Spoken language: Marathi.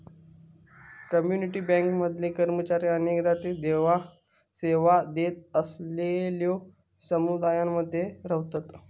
कम्युनिटी बँक मधले कर्मचारी अनेकदा ते सेवा देत असलेलल्यो समुदायांमध्ये रव्हतत